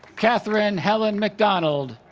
kathryn helen mcdonald